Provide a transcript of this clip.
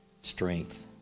strength